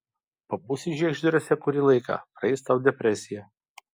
pabūsi žiegždriuose kurį laiką praeis tau depresija